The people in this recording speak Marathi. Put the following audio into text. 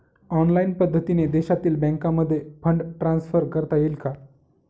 ऑनलाईन पद्धतीने देशातील बँकांमध्ये फंड ट्रान्सफर करता येईल का?